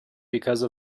because